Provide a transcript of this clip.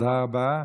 תודה רבה.